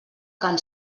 can